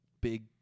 big